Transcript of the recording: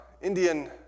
Indian